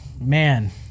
man